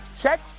Check